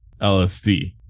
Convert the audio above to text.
LSD